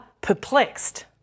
perplexed